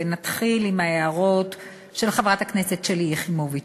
ונתחיל עם ההערות של חברת הכנסת שלי יחימוביץ